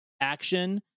action